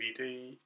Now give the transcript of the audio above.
dvd